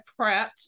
prepped